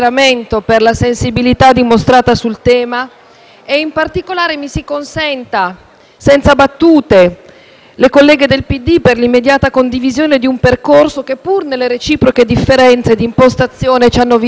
e in particolare - mi si consenta, senza battute - le colleghe del PD per l'immediata condivisione di un percorso che, pur nelle reciproche differenze di impostazione, ci ha visto collaborare fattivamente. Signor Presidente,